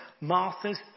Martha's